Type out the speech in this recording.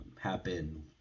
happen